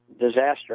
disaster